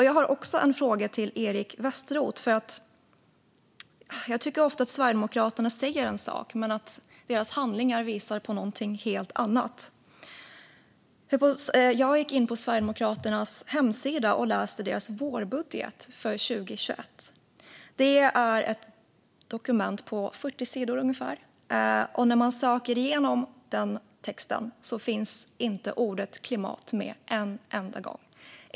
Jag har en fråga till Eric Westroth, för jag tycker ofta att Sverigedemokraterna säger en sak men att deras handlingar visar på något helt annat. Jag gick in på Sverigedemokraternas hemsida och läste deras vårbudget för 2021. Det är ett dokument på ungefär 40 sidor. När man söker igenom texten finner man inte ordet klimat en enda gång.